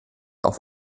auf